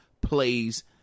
plays